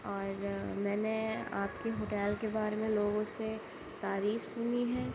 اور میں نے آپ کے ہوٹیل کے بارے میں لوگوں سے تعریف سنی ہے